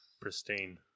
pristine